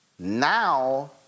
Now